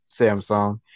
Samsung